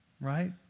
right